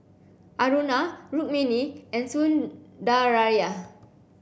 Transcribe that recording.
Aruna Rukmini and Sundaraiah